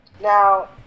Now